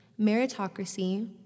meritocracy